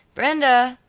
brenda,